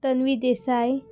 Tanvi Desai